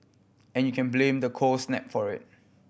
and you can blame the cold snap for it